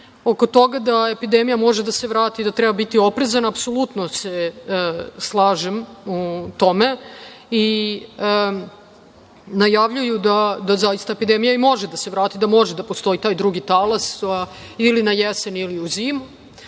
oko toga da epidemija može da se vrati, da treba biti oprezan, apsolutno se slažem u tome. Najavljuju da zaista epidemija i može da se vrati, da može da postoji taj drugi talas, ili na jesen ili u zimu